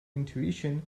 intuition